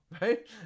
right